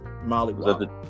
Molly